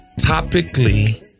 Topically